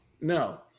No